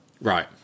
right